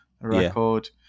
record